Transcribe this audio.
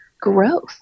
growth